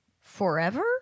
forever